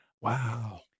Wow